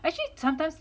actually sometimes